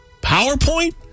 PowerPoint